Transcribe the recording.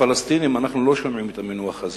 מהפלסטינים אנחנו לא שומעים את המינוח הזה.